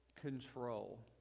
control